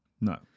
No